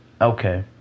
okay